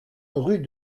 rue